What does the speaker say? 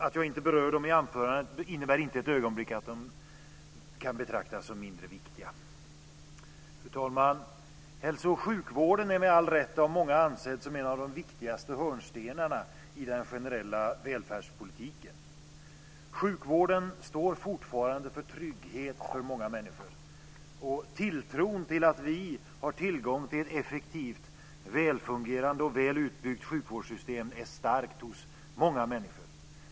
Att jag inte berör dem i anförandet innebär inte ett ögonblick att de kan betraktas som mindre viktiga. Fru talman! Hälso och sjukvården är med all rätt av många ansedd som en av de viktigaste hörnstenarna i den generella välfärdspolitiken. Sjukvården står fortfarande för trygghet för många människor. Tilltron till att vi har tillgång till ett effektivt, välfungerande och väl utbyggt sjukvårdssystem är stark hos väldigt många människor.